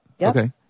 Okay